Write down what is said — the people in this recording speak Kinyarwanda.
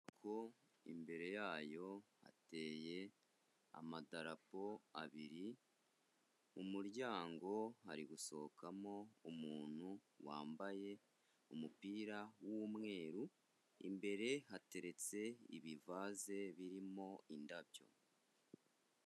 Inyubako imbere yayo hateye amadarapo abiri, mu muryango hari gusohokamo umuntu wambaye umupira w'umweru, imbere hateretse ibivaze birimo indabyo.